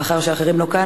מאחר שהאחרים לא כאן,